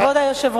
כבוד היושב-ראש,